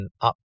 up